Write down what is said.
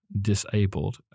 disabled